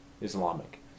Islamic